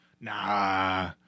nah